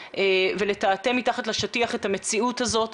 ולטאטא מתחת לשטיח את המציאות הזאת.